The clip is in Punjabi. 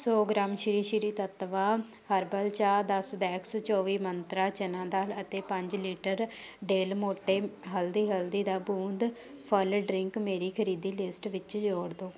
ਸੌ ਗ੍ਰਾਮ ਸ਼੍ਰੀ ਸ਼੍ਰੀ ਤੱਤਵਾ ਹਰਬਲ ਚਾਹ ਦਾ ਸੁਦੈਕਸ ਚੌਵੀ ਮੰਤਰਾਂ ਚਨਾ ਦਾਲ ਅਤੇ ਪੰਜ ਲੀਟਰ ਡੇਲਮੋਟੇ ਹਲਦੀ ਹਲਦੀ ਦਾ ਬੂੰਦ ਫਲ ਡਰਿੰਕ ਮੇਰੀ ਖਰੀਦੀ ਲਿਸਟ ਵਿੱਚ ਜੋੜ ਦਿਉ